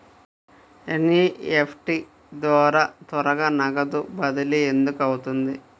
NEFT ద్వారా త్వరగా నగదు బదిలీ ఎందుకు అవుతుంది?